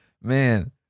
Man